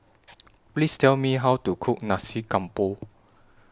Please Tell Me How to Cook Nasi Campur